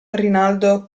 rinaldo